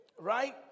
right